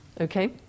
okay